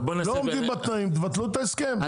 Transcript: עומדים בתנאים, בטלו את ההסכם.